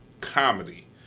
comedy